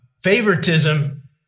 Favoritism